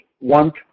want